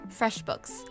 FreshBooks